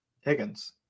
higgins